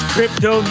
Crypto